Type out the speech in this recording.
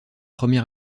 premier